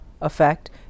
effect